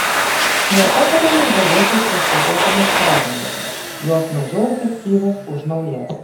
nepatariama žavėtis restauruotomis padangomis jos mažiau efektyvios už naujas